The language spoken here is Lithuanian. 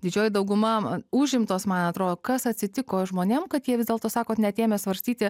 didžioji dauguma užimtos man atrodo kas atsitiko žmonėm kad jie vis dėlto sako kad net ėmė svarstyti